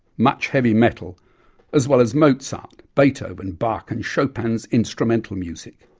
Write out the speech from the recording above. much heavy metal as well as mozart, beethoven, bach and chopin's instrumental music.